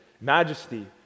majesty